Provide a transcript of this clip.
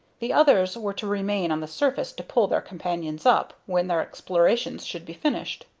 the others were to remain on the surface to pull their companions up, when their explorations should be finished.